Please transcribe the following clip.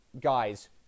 guys